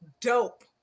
dope